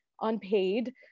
unpaid